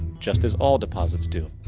just as all deposits do.